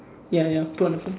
ya ya put on the phone